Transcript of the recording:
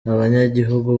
abanyagihugu